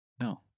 no